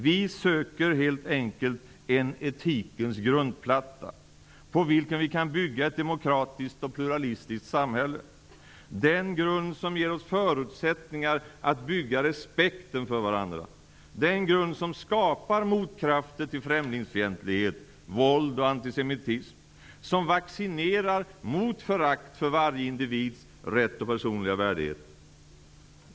Vi söker helt enkelt en etikens grundplatta på vilken vi kan bygga ett demokratiskt och pluralistiskt samhälle, den grund som ger oss förutsättningar att bygga upp respekten för varandra, den grund som skapar motkrafter till främlingsfientlighet, till våld och till antisemitism, och som vaccinerar mot förakt för varje individs rätt och personliga värdighet.